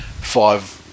five